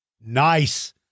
Nice